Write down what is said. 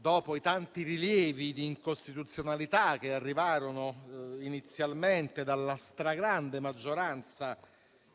dei tanti rilievi di incostituzionalità che arrivarono inizialmente dalla stragrande maggioranza